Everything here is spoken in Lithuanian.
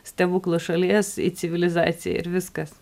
stebuklų šalies į civilizaciją ir viskas